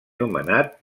nomenat